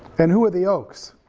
and who are the oaks?